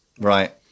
right